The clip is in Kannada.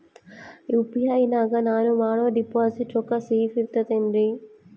ಯು.ಪಿ.ಐ ನಾಗ ನಾನು ಮಾಡೋ ಡಿಪಾಸಿಟ್ ರೊಕ್ಕ ಸೇಫ್ ಇರುತೈತೇನ್ರಿ?